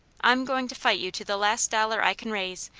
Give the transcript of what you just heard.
i'm going to fight you to the last dollar i can raise,